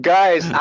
Guys